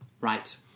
Right